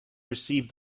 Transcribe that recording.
receive